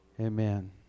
Amen